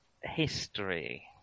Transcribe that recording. History